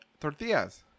tortillas